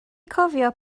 cofio